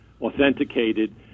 authenticated